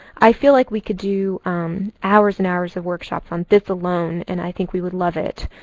i feel like we could do hours and hours of workshops on this alone. and i think we would love it.